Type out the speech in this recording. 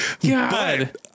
god